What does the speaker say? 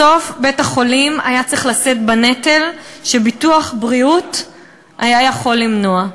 בסוף בית-החולים היה צריך לשאת בנטל שביטוח בריאות היה יכול למנוע.